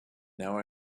now